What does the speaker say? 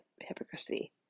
hypocrisy